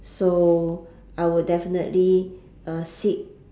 so I would definitely uh seek